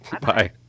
bye